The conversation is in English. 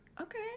Okay